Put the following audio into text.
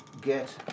get